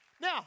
Now